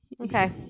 Okay